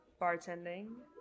bartending